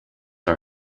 are